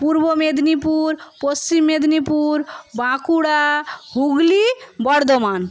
Purba Medinipur Paschim Medinipur Bankura Hooghly Bardhaman